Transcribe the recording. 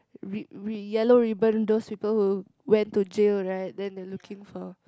ri~ ri~ Yellow Ribbon those people who went to jail right then they looking for